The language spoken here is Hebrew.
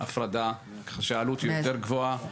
הפרדה אז ככה שהעלות היא יותר גבוהה.